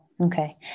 Okay